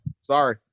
Sorry